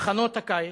מחנות הקיץ,